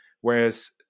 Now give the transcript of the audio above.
Whereas